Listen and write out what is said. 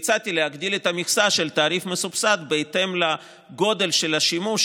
והצעתי להגדיל את המכסה של תעריף מסובסד בהתאם לגודל של השימוש,